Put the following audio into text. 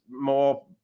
more